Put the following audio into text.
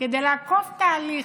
כדי לעקוף תהליך.